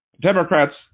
Democrats